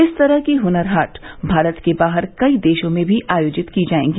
इस तरह की हनर हाट भारत के बाहर कई देशों में भी आयोजित की जायेंगी